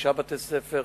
חמישה בתי-ספר,